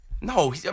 No